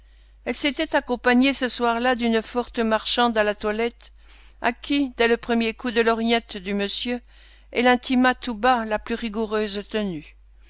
elle s'était accompagnée ce soir-là d'une forte marchande à la toilette à qui dès le premier coup de lorgnette du monsieur elle intima tout bas la plus rigoureuse tenue